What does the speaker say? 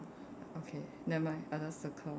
okay never mind I'll just circle